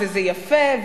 וזה יפה,